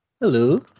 Hello